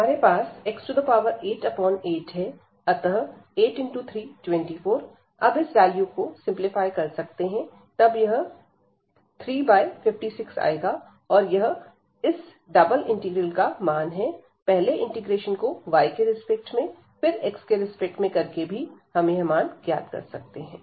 हमारे पास x88 है अतः 8×324 अब इस वैल्यू को सिंपलीफाई कर सकते हैं तब यह 3 बाई 56 आएगा और यह इस डबल इंटीग्रल का मान है पहले इंटीग्रेशन को y के रिस्पेक्ट में फिर x के रिस्पेक्ट में करके भी हम मान ज्ञात कर सकते हैं